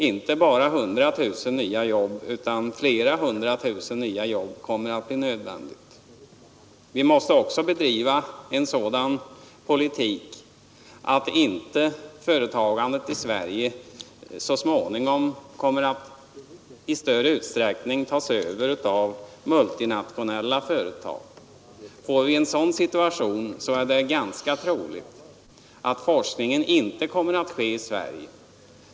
Inte bara 100 000 nya jobb utan flera hundra tusen nya jobb kommer att bli nödvändiga. Vi måste också bedriva en sådan politik att inte företagandet i Sverige så småningom kommer att i större utsträckning tas över av multinationella företag. Får vi en sådan situation är det ganska troligt att forskningen inte kommer att ske i Sverige.